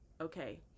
okay